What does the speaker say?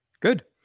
Good